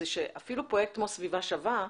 זה שאפילו פרויקט כמו "סביבה שווה",